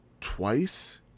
twice